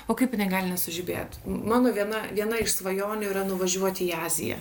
o kaip jinai gali nesužibėt mano viena viena iš svajonių yra nuvažiuoti į aziją